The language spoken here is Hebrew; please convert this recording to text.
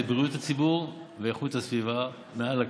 בריאות הציבור ואיכות הסביבה מעל לכול,